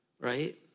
Right